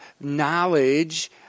knowledge